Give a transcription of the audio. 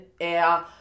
air